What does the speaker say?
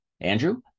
Andrew